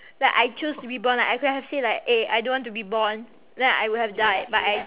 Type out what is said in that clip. like I chose to be born like I could have said like eh I don't want to be born then I would have died but I